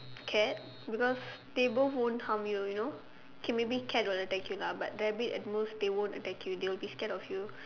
cat because they both won't harm you you know okay maybe cat will attack you lah but rabbit at most they won't attack you they will be scared of you